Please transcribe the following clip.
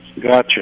gotcha